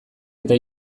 eta